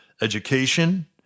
education